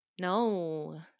no